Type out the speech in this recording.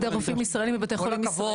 ידי רופאים ישראלים בבתי חולים ישראלים.